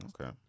Okay